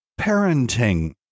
parenting